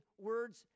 words